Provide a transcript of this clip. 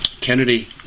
Kennedy